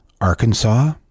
Arkansas